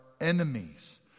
enemies